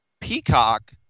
Peacock